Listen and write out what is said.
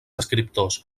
escriptors